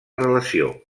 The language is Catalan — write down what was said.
relació